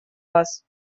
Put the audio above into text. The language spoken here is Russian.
вас